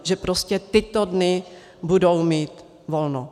Že prostě v tyto dny budou mít volno.